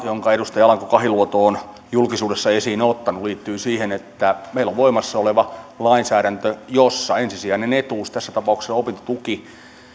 jonka edustaja alanko kahiluoto on julkisuudessa esiin ottanut liittyy siihen että meillä on voimassa oleva lainsäädäntö jossa ensisijainen etuus tässä tapauksessa opintotuki